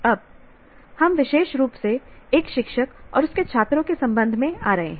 अब हम विशेष रूप से एक शिक्षक और उसके छात्रों के संबंध में आ रहे हैं